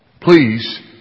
Please